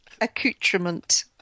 accoutrement